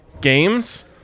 games